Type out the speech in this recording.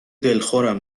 دلخورم